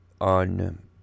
on